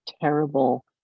terrible